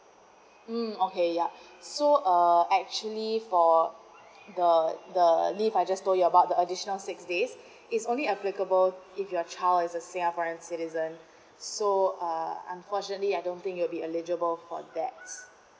um okay yup so err actually for the the leave I just told you about the additional six days it's only applicable if your child is a singaporean citizen so uh unfortunately I don't think you'll be eligible for that